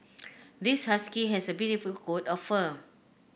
this husky has a beautiful coat of fur